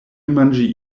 manĝi